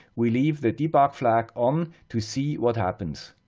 we leave the debug flag on to see, what happens.